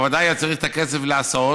אבל ודאי היה צריך את הכסף להסעות,